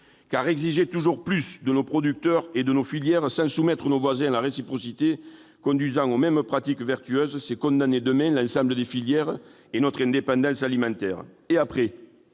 Car exiger toujours plus de nos producteurs et de nos filières sans soumettre nos voisins à la réciprocité conduisant aux mêmes pratiques vertueuses, c'est condamner demain l'ensemble des filières et notre indépendance alimentaire. Et après ?